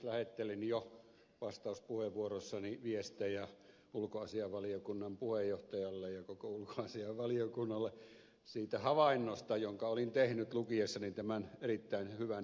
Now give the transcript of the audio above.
lähettelin jo vastauspuheenvuorossani viestejä ulkoasiainvaliokunnan puheenjohtajalle ja koko ulkoasiainvaliokunnalle siitä havainnosta jonka olin tehnyt lukiessani tämän erittäin hyvän hengentuotteen